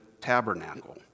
tabernacle